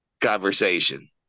conversation